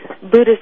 Buddhist